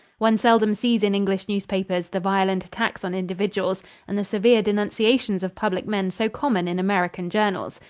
one seldom sees in english newspapers the violent attacks on individuals and the severe denunciations of public men so common in american journals.